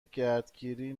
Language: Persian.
گردگیری